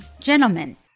Gentlemen